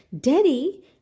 Daddy